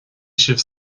sibh